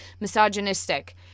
misogynistic